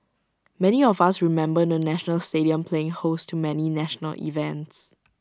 many of us remember the national stadium playing host to many national events